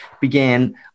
began